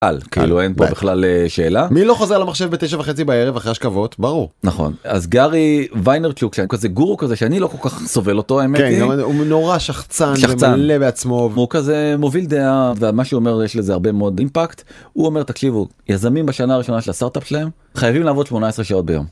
כאילו אין פה בכלל שאלה מי לא חוזר למחשב בתשע וחצי בערב אחרי השכבות ברור נכון אז גארי ויינר כשהוא כזה גורו כזה שאני לא כל כך סובל אותו נורא שחצן מלא בעצמו הוא כזה מוביל דעה ומה שאומר יש לזה הרבה מאוד אימפקט, הוא אומר תקשיבו יזמים בשנה הראשונה של הסרטאפ שלהם חייבים לעבוד 18 שעות ביום.